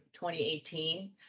2018